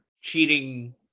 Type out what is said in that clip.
cheating